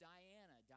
Diana